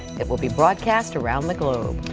it will be broadcast around the globe.